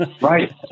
Right